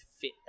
fit